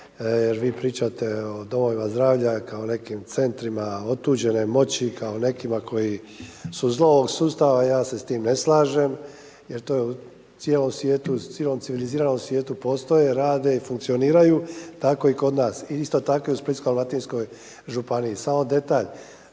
vi pričate o domovima zdravlja kao nekim centrima otuđene moći, kao nekima koji su zlo ovog sustava. Ja se s tim ne slažem jer to je u cijelom svijetu, cijelom civiliziranom svijetu postoje, rade i funkcioniraju, tako i kod nas. I isto tako u Splitsko-dalmatinskoj županiji. Samo detalj,